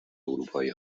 اروپایی